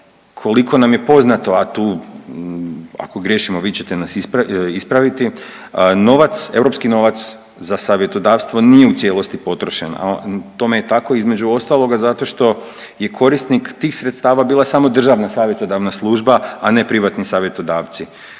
Koliko nam je poznato, a tu ako griješimo vi ćete nas ispraviti, novac, europski novac za savjetodavstvo nije u cijelosti potrošeno. Tome je tako između ostaloga zato što je korisnik tih sredstava bila samo državna savjetodavna služba a ne privatni savjetodavci